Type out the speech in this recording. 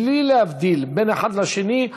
בלי להבדיל בין האחד לשני,